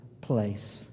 place